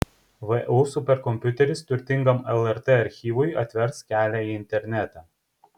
vu superkompiuteris turtingam lrt archyvui atvers kelią į internetą